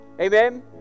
Amen